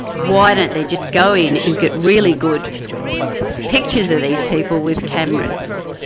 why don't they just go in and get really good pictures of these people with cameras?